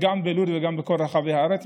גם בלוד וגם בכל רחבי הארץ.